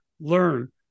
learn